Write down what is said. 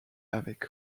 avec